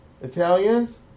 Italians